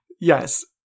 Yes